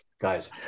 Guys